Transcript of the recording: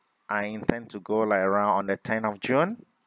I intend to go like around on the tenth of june